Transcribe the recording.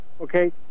okay